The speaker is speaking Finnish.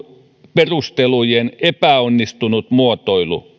perustelujen epäonnistunut muotoilu